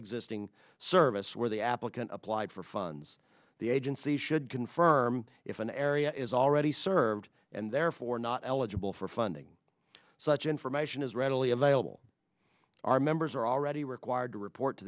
existing service where the applicant applied for funds the agency should confirm if an area is already served and therefore not eligible for funding such information is readily available our members are already required to report to